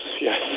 yes